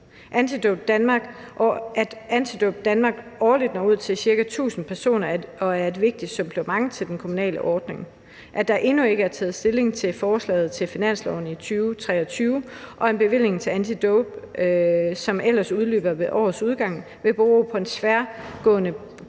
at Antidote Danmark årligt når ca. 1.000 personer og er et vigtigt supplement til den kommunale ordning, – at der endnu ikke er taget stilling til forslaget til finansloven for 2023, og at en bevilling til Antidote, som ellers udløber ved årets udgang, vil bero på en tværgående politisk